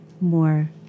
more